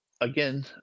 Again